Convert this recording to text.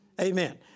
Amen